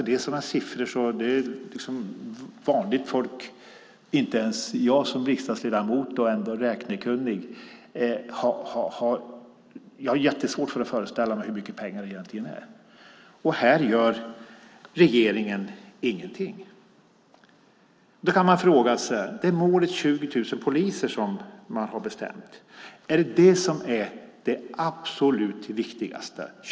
Det är så mycket att till och med jag som riksdagsledamot och räknekunnig har jättesvårt att föreställa mig hur mycket pengar det egentligen är. Men här gör regeringen ingenting. Är det målet om 20 000 poliser som man har bestämt som är det absolut viktigaste?